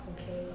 okay